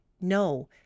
no